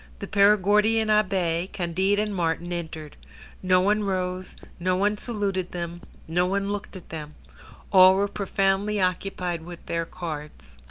the perigordian abbe, candide and martin entered no one rose, no one saluted them, no one looked at them all were profoundly occupied with their cards.